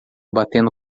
batendo